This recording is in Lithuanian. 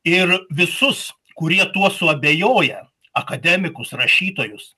ir visus kurie tuo suabejoję akademikus rašytojus